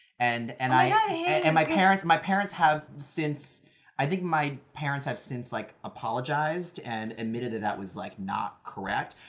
and and ah yeah and my parents my parents have since i think my parents have since like apologized, and admitted that was like not correct.